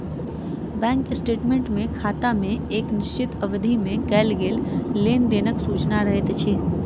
bank statement मे खाता मे एक निश्चित अवधि मे कयल गेल लेन देनक सूचना रहैत अछि